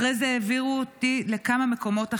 אחרי זה העבירו אותי לכמה מקומות אחרים.